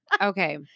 Okay